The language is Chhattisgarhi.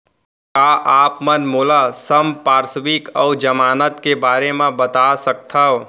का आप मन मोला संपार्श्र्विक अऊ जमानत के बारे म बता सकथव?